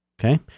Okay